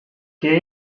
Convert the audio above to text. que